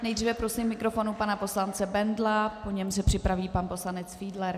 Nejdříve prosím k mikrofonu pana poslance Bendla, po něm se připraví pan poslanec Fiedler.